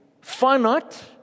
finite